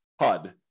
HUD